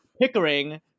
Pickering